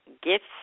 Gifts